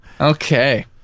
Okay